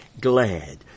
glad